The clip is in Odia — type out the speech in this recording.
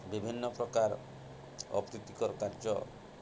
ବିଭିନ୍ନ ପ୍ରକାର ଅପ୍ରୀତିକର କାର୍ଯ୍ୟ